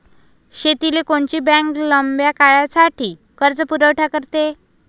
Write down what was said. शेतीले कोनची बँक लंब्या काळासाठी कर्जपुरवठा करते?